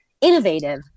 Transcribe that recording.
innovative